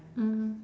mm